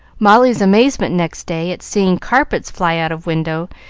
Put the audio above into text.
molly's amazement next day at seeing carpets fly out of window,